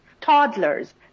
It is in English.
toddlers